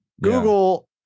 Google